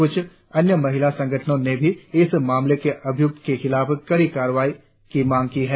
कुछ अन्य महिला संगठनों ने भी इस मामले के अभियुक्त के खिलाफ कड़ी कार्रवाई की मंग की है